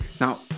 now